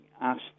asked